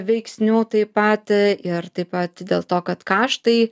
veiksnių taip pat ir taip pat dėl to kad kaštai